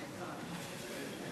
גברתי.